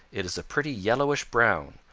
it is a pretty yellowish-brown,